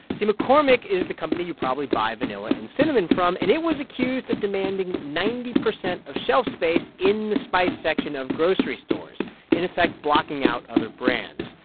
see, mccormick is the company you probably buy vanilla and cinnamon from, and it was accused of demanding ninety percent of shelf space in the spice section of grocery stores in effect, blocking out other brands.